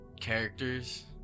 characters